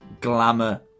glamour